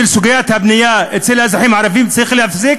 בסוגיית הבנייה אצל האזרחים הערבים צריך להיפסק,